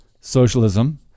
socialism